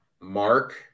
Mark